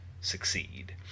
succeed